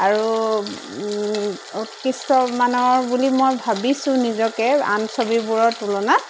আৰু উৎকৃষ্টমানৰ বুলি মই ভাবিছোঁ নিজকে আন ছবিবোৰৰ তুলনাত